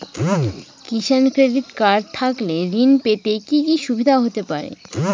কিষান credit card থাকলে ঋণ পেতে কি কি সুবিধা হতে পারে?